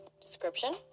description